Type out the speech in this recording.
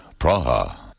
Praha